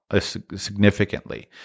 significantly